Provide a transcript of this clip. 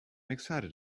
excited